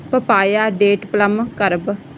papaya date plum carb